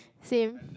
same